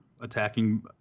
attacking